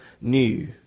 new